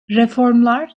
reformlar